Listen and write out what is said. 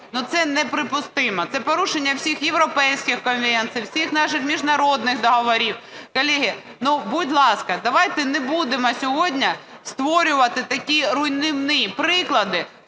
це неприпустимо. Це порушення всіх європейських конвенцій, всіх наших міжнародних договорів. Колеги, будь ласка, давайте не будемо сьогодні створювати такі руйнівні приклади